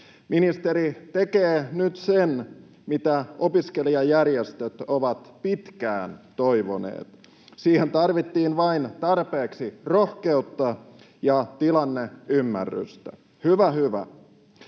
Ministeri tekee nyt sen, mitä opiskelijajärjestöt ovat pitkään toivoneet. Siihen tarvittiin vain tarpeeksi rohkeutta ja tilanneymmärrystä — hyvä, hyvä.